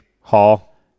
Hall